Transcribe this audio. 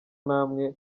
namwe